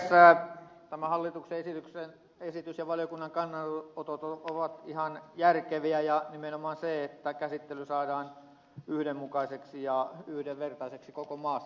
tämä hallituksen esitys ja valiokunnan kannanotot ovat ihan järkeviä nimenomaan se että käsittely saadaan yhdenmukaiseksi ja yhdenvertaiseksi koko maassa